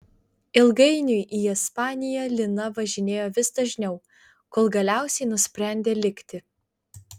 ilgainiui į ispaniją lina važinėjo vis dažniau kol galiausiai nusprendė likti